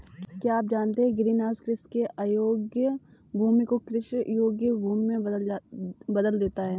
क्या आप जानते है ग्रीनहाउस कृषि के अयोग्य भूमि को कृषि योग्य भूमि में बदल देता है?